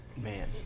Man